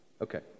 Okay